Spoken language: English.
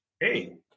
Hey